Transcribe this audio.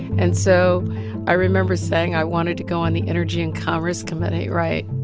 and so i remember saying i wanted to go on the energy and commerce committee, right?